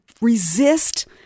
resist